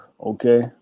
okay